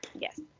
Yes